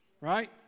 right